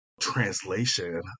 Translation